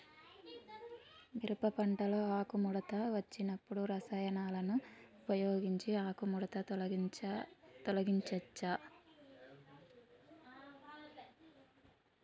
మిరప పంటలో ఆకుముడత వచ్చినప్పుడు రసాయనాలను ఉపయోగించి ఆకుముడత తొలగించచ్చా?